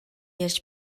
ярьж